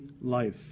life